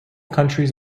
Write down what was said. countries